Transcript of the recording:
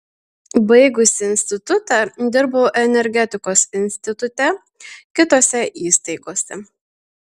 baigusi institutą dirbau energetikos institute kitose įstaigose